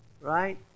right